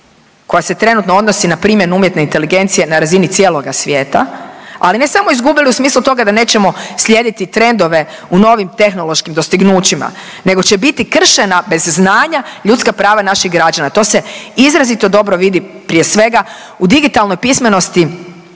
koja se trenutno odnosi na primjenu umjetne inteligencije na razini cijeloga svijeta, ali ne samo izgubili u smislu toga da nećemo slijediti trendove u novim tehnoloških dostignućima nego će biti kršena bez znanja ljudska prava naših građana, to se izrazito dobro vidi prije svega u digitalnoj pismenosti